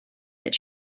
that